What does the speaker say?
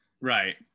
Right